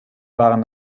waren